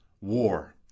war